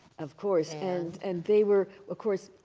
of course. and and they were, of course,